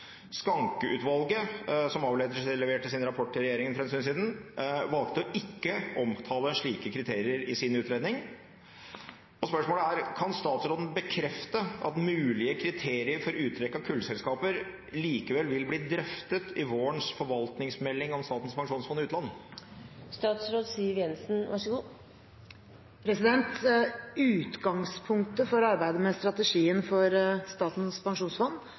selskaper som har mer enn halvparten av inntektene fra kull. Skancke-utvalget valgte å ikke omtale slike kriterier i sin utredning, men kan statsråden bekrefte at mulige kriterier for uttrekk av kullselskaper likevel vil bli drøftet i vårens forvaltningsmelding om SPU?» Utgangspunktet for arbeidet med strategien for Statens pensjonsfond